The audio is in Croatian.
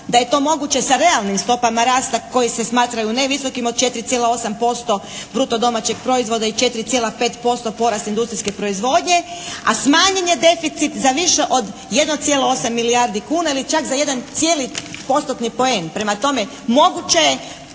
da je to moguće sa realnim stopama rasta koji se smatraju ne visokim od 4,8% bruto domaćeg proizvoda i 4,5% porast industrijske proizvodnje, a smanjen je deficit za više od 1,8 milijardi kuna ili čak za jedan cijeli postotni poen. Prema tome, moguće je